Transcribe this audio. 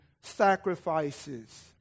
sacrifices